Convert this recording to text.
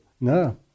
No